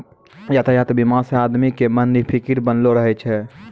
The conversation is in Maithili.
यातायात बीमा से आदमी के मन निफिकीर बनलो रहै छै